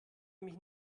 mich